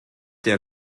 der